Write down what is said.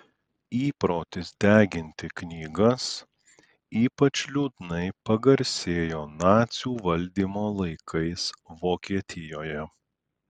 įprotis deginti knygas ypač liūdnai pagarsėjo nacių valdymo laikais vokietijoje